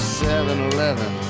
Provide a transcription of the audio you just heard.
7-Eleven